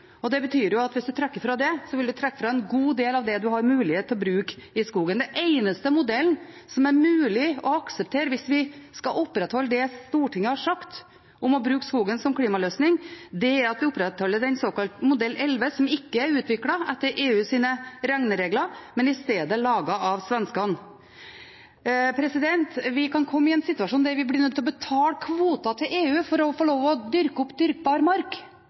og det betyr at hvis man trekker fra det, vil man trekke fra en god del av det man har mulighet til å bruke i skogen. Den eneste modellen som er mulig å akseptere hvis vi skal opprettholde det Stortinget har sagt om å bruke skogen som klimaløsning, er den såkalte modell 11, som ikke er utviklet etter EUs regneregler, men i stedet laget av svenskene. Vi kan komme i en situasjon der vi blir nødt til å betale kvoter til EU for å få lov til å dyrke opp dyrkbar mark.